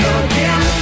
again